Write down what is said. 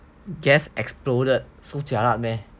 gas exploded so jialat meh